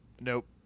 nope